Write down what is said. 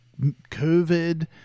COVID